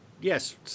yes